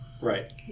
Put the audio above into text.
Right